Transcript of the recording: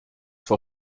vor